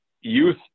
youth